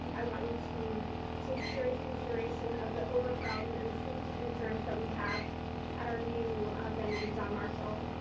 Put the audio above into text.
i want you to take serious consideration of the overcrowding and the safety concerns that we have at our new venue, john marshall.